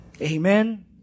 Amen